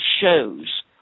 shows